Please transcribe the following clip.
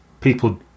people